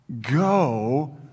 Go